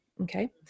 Okay